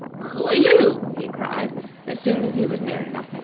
who are you? he cried as soon as he was near enough.